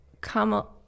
come